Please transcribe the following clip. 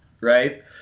Right